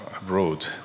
abroad